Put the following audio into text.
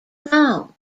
found